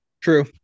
True